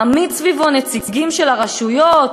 מעמיד סביבו נציגים של הרשויות,